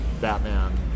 Batman